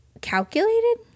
calculated